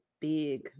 big